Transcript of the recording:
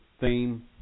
theme